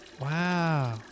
wow